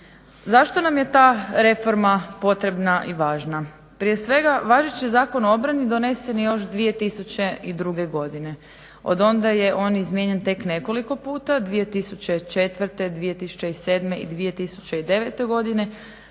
Zašto nam je ta reforma potrebna i važna? Prije svega važeći Zakon o obrani donesen je još 2002. godine. Od onda je on izmijenjen tek nekoliko puta, 2004., 2007. i 2009. godine.